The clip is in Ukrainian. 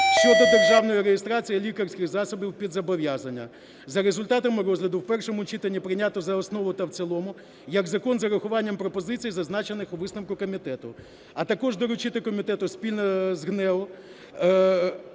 щодо державної реєстрації лікарських засобів під зобов'язання за результатами розгляду в першому читанні прийняти за основу та в цілому як закон з урахуванням пропозицій, зазначених у висновку комітету. А також доручити комітету спільно з ГНЕУ